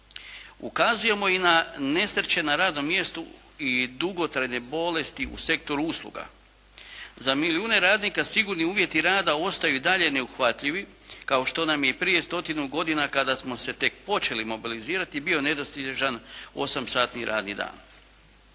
Ukazujemo i na nesreće na radnom mjestu i dugotrajne bolesti u sektoru usluga. Za milijune radnika sigurni uvjeti rada ostaju i dalje neuhvatljivi kao što nam je i prije stotinu godina kada smo se tek počeli mobilizirati bio nedostižan 8-satni radni dan.